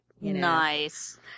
Nice